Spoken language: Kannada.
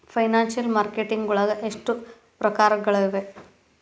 ಫೈನಾನ್ಸಿಯಲ್ ಮಾರ್ಕೆಟಿಂಗ್ ವಳಗ ಎಷ್ಟ್ ಪ್ರಕ್ರಾರ್ಗಳವ?